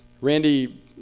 Randy